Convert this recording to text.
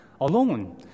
alone